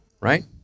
right